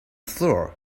flour